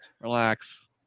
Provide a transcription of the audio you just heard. relax